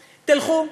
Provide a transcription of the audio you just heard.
תלכו,